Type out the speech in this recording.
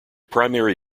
primary